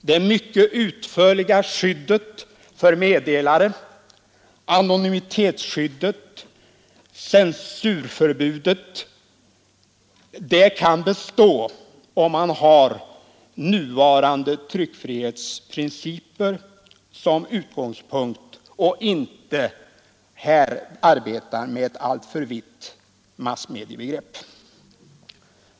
Det mycket utförliga skyddet för meddelare, anonymitetsskyddet, censurförbudet m.m., kan bestå, om man har nuvarande tryckfrihetsprinciper såsom utgångspunkt och inte här arbetar med ett alltför vidsträckt massmediebegrepp.